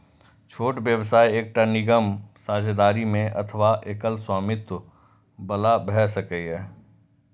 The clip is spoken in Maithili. छोट व्यवसाय एकटा निगम, साझेदारी मे अथवा एकल स्वामित्व बला भए सकैए